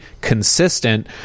consistent